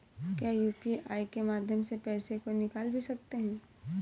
क्या यू.पी.आई के माध्यम से पैसे को निकाल भी सकते हैं?